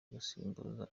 gusimbuza